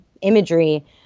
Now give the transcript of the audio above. imagery